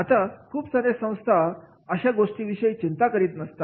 आता खूप सार्या संस्था अशा गोष्टींविषयी चिंता करीत नसतात